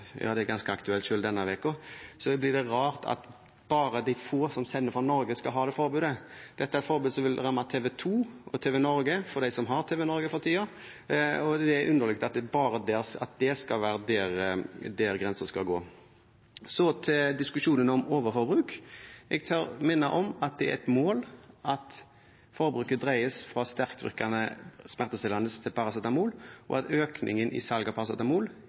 det er ganske aktuelt denne uken – at bare de få som sender fra Norge, skal ha det forbudet. Dette er et forbud som vil ramme TV 2 og TVNorge – for dem som har TVNorge for tiden – og det er underlig at det skal være der grensen skal gå. Til diskusjonen om overforbruk: Jeg tør minne om at det er et mål at forbruket dreies fra sterktvirkende smertestillende til paracetamol, og at økningen i salg av paracetamol